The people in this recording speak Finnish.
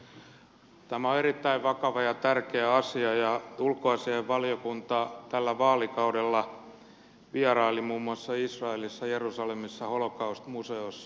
tämä on erittäin vakava ja tärkeä asia ja ulkoasiainvaliokunta tällä vaalikaudella vieraili muun muassa israelissa jerusalemissa holokaust museossa